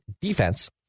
defense